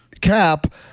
Cap